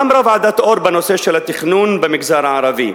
מה אמרה ועדת-אור בנושא של התכנון במגזר הערבי,